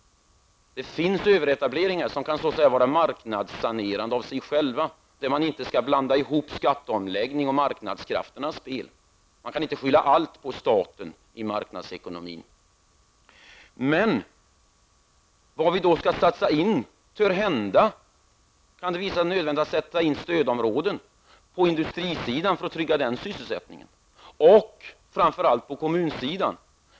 Det förekommer överetableringar som kan vara så att säga marknadssanerande av sig själva, och där skall man inte blanda ihop skatteomläggningen och marknadskrafternas spel. Man kan inte skylla allt på staten i en marknadsekonomi. Törhända kan det visa sig nödvändigt att skapa stödområden på industrisidan för att trygga industrisysselsättningen och framför allt kommunsidan.